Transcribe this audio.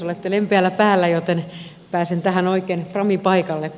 olette lempeällä päällä joten pääsen tähän oikein framipaikalle